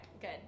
good